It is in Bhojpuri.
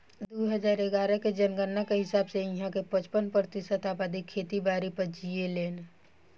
दू हजार इग्यारह के जनगणना के हिसाब से इहां के पचपन प्रतिशत अबादी खेती बारी पर जीऐलेन